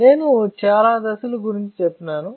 నేను చాలా దశలు గురించి చెప్పినాను